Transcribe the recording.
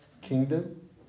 kingdom